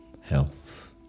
health